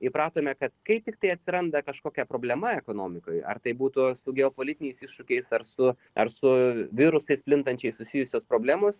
įpratome kad kai tiktai atsiranda kažkokia problema ekonomikoj ar tai būtų su geopolitiniais iššūkiais ar su ar su virusais plintančiais susijusios problemos